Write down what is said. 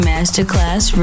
Masterclass